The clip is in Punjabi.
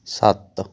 ਸੱਤ